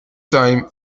time